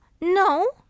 no